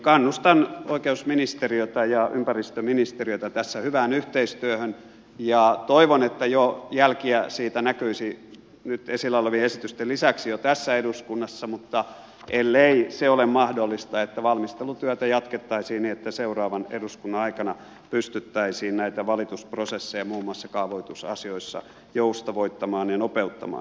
kannustan oikeusministeriötä ja ympäristöministeriötä tässä hyvään yhteistyöhön ja toivon että jälkiä siitä näkyisi nyt esillä olevien esitysten lisäksi jo tässä eduskunnassa mutta ellei se ole mahdollista valmistelutyötä jatkettaisiin niin että seuraavan eduskunnan aikana pystyttäisiin näitä valitusprosesseja muun muassa kaavoitusasioissa joustavoittamaan ja nopeuttamaan